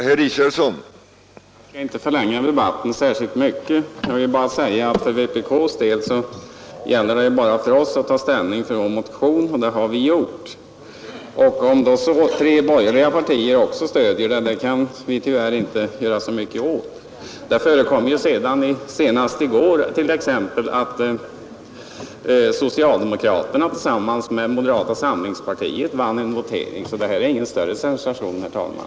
Herr talman! Jag skall inte förlänga debatten särskilt mycket. Jag vill bara säga att för oss inom vpk gäller det endast att ta ställning för vår motion, och det har vi gjort. Att då tre borgerliga partier också stödjer den kan vi tyvärr inte göra så mycket åt. Det förekom ju senast i går att socialdemokraterna tillsammans med moderata samlingspartiet vann en votering, så det här är ingen större sensation, herr talman.